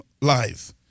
life